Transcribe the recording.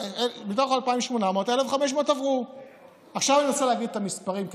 מתוך 2,800 עברו 1,500. אני רוצה להגיד את המספרים,